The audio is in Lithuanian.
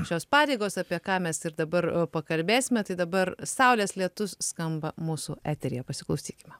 šios pareigos apie ką mes ir dabar pakalbėsime tai dabar saulės lietus skamba mūsų eteryje pasiklausykime